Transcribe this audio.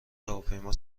هواپیما